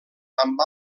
amb